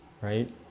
right